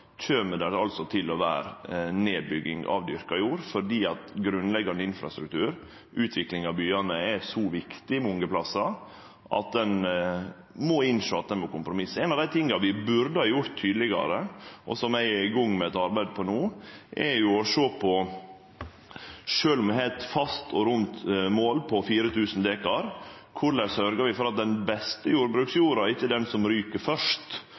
til å vere nedbygging av dyrka jord, fordi grunnleggjande infrastruktur og utvikling av byane er så viktig mange plassar at ein må innsjå at ein må kompromisse. Noko som vi burde ha gjort tydelegare, og som eg arbeider med no, er å sjå på korleis vi, sjølv om vi har eit fast og rundt mål på 4 000 dekar, sørgjer for at det ikkje er den beste jordbruksjorda som ryk først.